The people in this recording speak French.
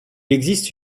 existe